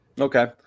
Okay